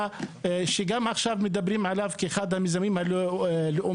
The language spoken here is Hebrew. שגם עכשיו מדברים עליו כאחד המיזמים הלאומיים.